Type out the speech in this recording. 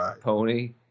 Pony